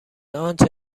آنچه